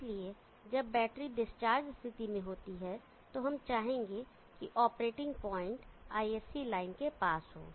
इसलिए जब battery discharge स्थिति में होती है तो हम चाहेंगे कि ऑपरेटिंग पॉइंट ISC लाइन के पास हो